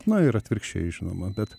na ir atvirkščiai žinoma bet